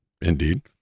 Indeed